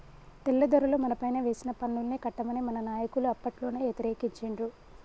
తెల్లదొరలు మనపైన వేసిన పన్నుల్ని కట్టమని మన నాయకులు అప్పట్లోనే యతిరేకించిండ్రు